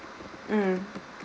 mm